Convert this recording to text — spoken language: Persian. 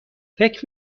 فکر